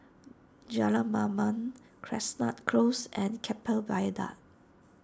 Jalan Mamam Chestnut Close and Keppel Viaduct